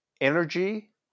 energy